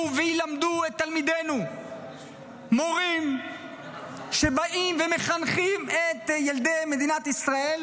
וילמדו את תלמידינו מורים שבאים ומחנכים את ילדי מדינת ישראל,